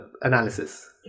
analysis